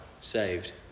Saved